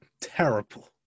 terrible